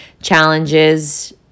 challenges